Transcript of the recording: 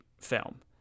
film